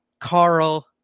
Carl